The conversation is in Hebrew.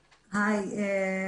היי,